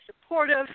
supportive